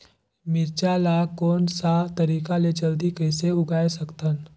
मिरचा ला कोन सा तरीका ले जल्दी कइसे उगाय सकथन?